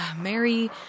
Mary